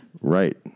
Right